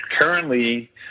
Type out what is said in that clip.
Currently